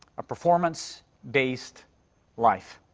a performance based life.